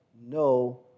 no